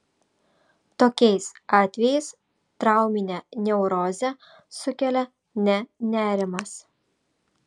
tokiais atvejais trauminę neurozę sukelia ne nerimas